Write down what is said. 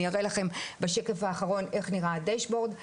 אני אראה לכם בשקף האחרון איך נראה הדשבורד,